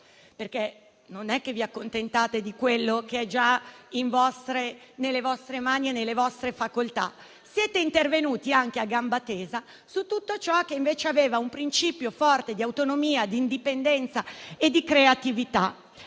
perché non vi accontentate di quello che è già nelle vostre mani e nelle vostre facoltà: siete intervenuti anche a gamba tesa su tutto ciò che invece aveva un principio forte di autonomia, di indipendenza e di creatività.